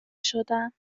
شدم